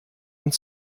und